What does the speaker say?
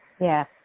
Yes